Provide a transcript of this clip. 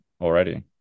already